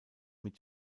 mit